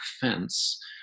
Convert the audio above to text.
fence